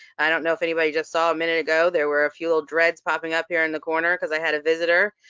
i don't know if anybody just saw a minute ago, there were a few little dreads popping up here in the corner, because i had a visitor.